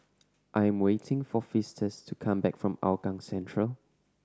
I am waiting for Festus to come back from Hougang Central